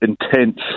intense